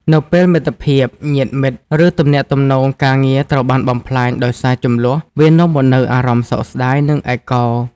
នៅពេលមិត្តភាព ញាតិមិត្ត ឬទំនាក់ទំនងការងារត្រូវបានបំផ្លាញដោយសារជម្លោះ វានាំមកនូវអារម្មណ៍សោកស្ដាយ និងឯកោ។